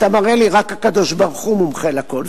אתה מראה לי: רק הקדוש-ברוך-הוא מומחה לכול.